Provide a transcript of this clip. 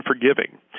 unforgiving